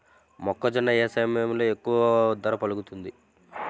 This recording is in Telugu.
మొక్కజొన్న ఏ సమయంలో ఎక్కువ ధర పలుకుతుంది?